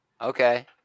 Okay